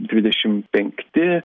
dvidešim penkti